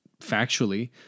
factually